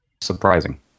surprising